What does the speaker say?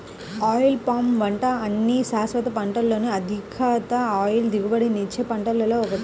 oil palm పంట అన్ని శాశ్వత పంటలలో అత్యధిక ఆయిల్ దిగుబడినిచ్చే పంటలలో ఒకటి